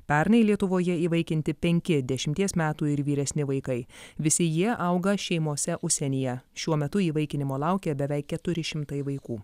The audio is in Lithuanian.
pernai lietuvoje įvaikinti penki dešimties metų ir vyresni vaikai visi jie auga šeimose užsienyje šiuo metu įvaikinimo laukia beveik keturi šimtai vaikų